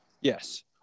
yes